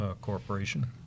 Corporation